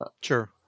Sure